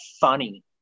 funny